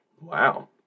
Wow